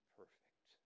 perfect